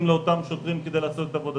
לאותם שוטרים כדי לעשות את עבודתם.